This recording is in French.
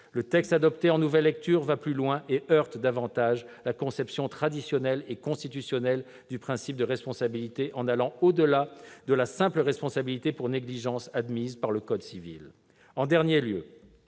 Le texte adopté en nouvelle lecture va plus loin et heurte davantage la conception traditionnelle et constitutionnelle du principe de responsabilité en allant au-delà de la simple responsabilité pour négligence, admise par le code civil. En outre,